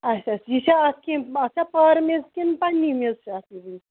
اَچھا اَچھا یہِ چھ اَتھ کیٚنٛہہ اَتھ چھا پارم میٚز کِنہٕ پنٕنی میٚژ چھِ اَتھ